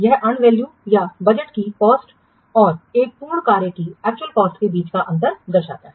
यह earned value या budget की कॉस्ट और एक पूर्ण कार्य की एक्चुअल कॉस्ट के बीच अंतर को दर्शाता है